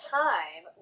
time